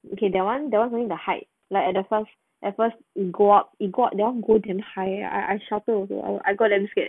okay that [one] that [one] only the height like at first at first you go up go up that one god damn high I I shouted also I god damn scared